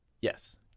Yes